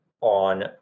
on